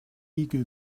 wiege